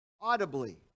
audibly